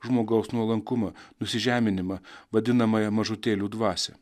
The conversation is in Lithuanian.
žmogaus nuolankumą nusižeminimą vadinamąją mažutėlių dvasią